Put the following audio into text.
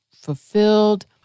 fulfilled